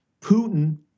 Putin